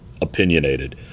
opinionated